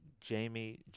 Jamie